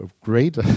great